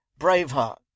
Braveheart